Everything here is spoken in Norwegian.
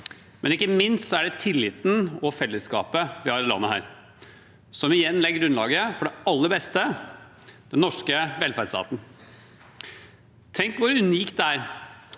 Men ikke minst er det tilliten og fellesskapet vi har i dette landet, som igjen legger grunnlaget for det aller beste: den norske velferdsstaten. Tenk hvor unikt det er